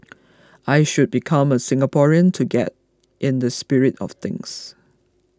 I should become a Singaporean to get in the spirit of things